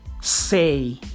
say